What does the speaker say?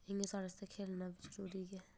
इ'यां साढ़े आस्तै खे'ल्लना बी जरूरी ऐ